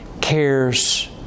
cares